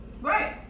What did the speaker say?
Right